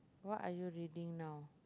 what are you reading now